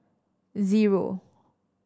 zero